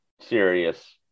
serious